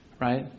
right